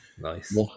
Nice